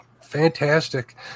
Fantastic